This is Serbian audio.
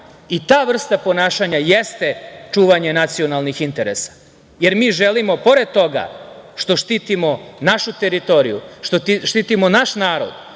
i ta vrsta ponašanja jeste čuvanje nacionalnih interesa, jer mi želimo, pored toga što štitimo našu teritoriju, što štitimo naš narod,